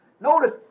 Notice